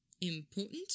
Important